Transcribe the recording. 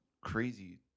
crazy